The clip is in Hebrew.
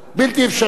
בלתי אפשרי.